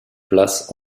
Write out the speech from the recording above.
place